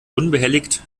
unbehelligt